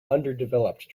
underdeveloped